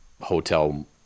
hotel